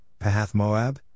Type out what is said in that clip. Pahathmoab